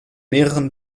mehreren